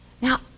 Now